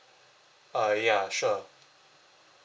uh ya sure